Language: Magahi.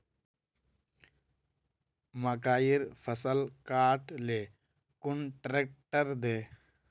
मकईर फसल काट ले कुन ट्रेक्टर दे?